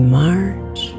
march